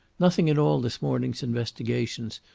nothing in all this morning's investigations,